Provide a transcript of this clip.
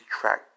track